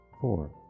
Four